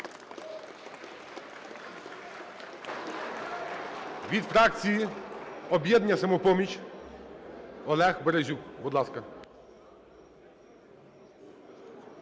Від фракції "Об'єднання "Самопоміч" Олег Березюк. Будь ласка.